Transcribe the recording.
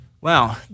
Wow